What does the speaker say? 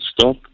stop